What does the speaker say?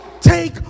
take